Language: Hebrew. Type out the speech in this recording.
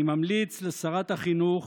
אני ממליץ לשרת החינוך